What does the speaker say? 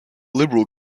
liberal